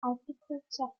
agriculture